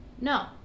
No